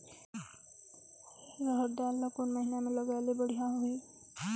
रहर दाल ला कोन महीना म लगाले बढ़िया होही?